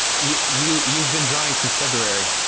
you you've been drawing since february